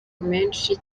menshi